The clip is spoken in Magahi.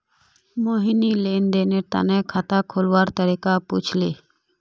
मोहिनी लेन देनेर तने खाता खोलवार तरीका पूछले